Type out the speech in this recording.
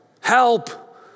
help